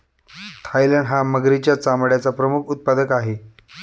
Thailand हा मगरीच्या चामड्याचा प्रमुख उत्पादक आहे